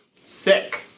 Sick